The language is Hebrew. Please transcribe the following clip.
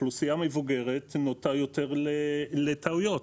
אוכלוסייה מבוגרת נוטה יותר לטעויות.